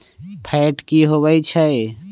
Fat की होवछै?